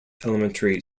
elementary